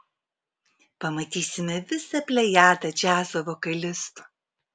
pamatysime visą plejadą džiazo vokalistų